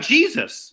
Jesus